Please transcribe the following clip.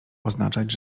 oznaczać